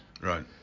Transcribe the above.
Right